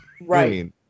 right